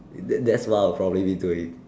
that that's what I'll probably be